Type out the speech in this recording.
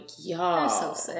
y'all